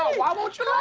ah why won't you like